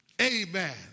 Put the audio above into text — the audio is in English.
Amen